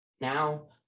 now